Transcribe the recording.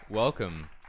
welcome